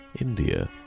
India